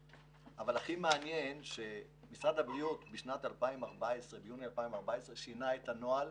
הכי מעניין שביוני 2014 משרד הבריאות שינה את הנוהל